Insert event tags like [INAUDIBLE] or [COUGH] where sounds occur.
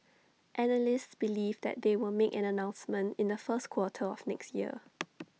analysts believe that they will make an announcement in the first quarter of next year [NOISE]